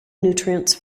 nutrients